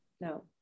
no